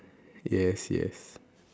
yes yes